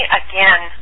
again